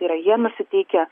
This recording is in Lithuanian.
tai yra jie nusiteikę